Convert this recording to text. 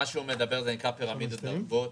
מה שהוא מדבר נקרא פירמידת העוגות.